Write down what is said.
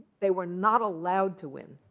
they were not allowed to win.